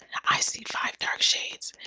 i see five dark shades.